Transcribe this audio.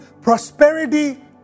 prosperity